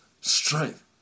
strength